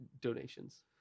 donations